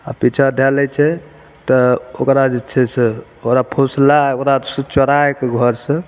आ पीछाँ धए लै छै तऽ ओकरा जे छै से ओकरा फुसला ओकरा छू चोराइ कए घरसे